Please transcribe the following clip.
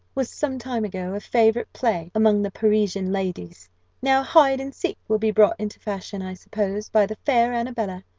was, some time ago, a favourite play amongst the parisian ladies now hide and seek will be brought into fashion, i suppose, by the fair annabella.